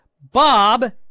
Bob